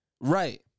right